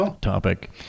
topic